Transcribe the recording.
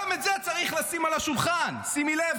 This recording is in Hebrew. "גם את זה צריך לשים על השולחן" שימי לב,